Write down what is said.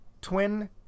twin